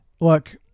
look